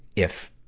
if,